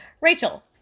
Rachel